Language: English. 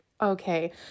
Okay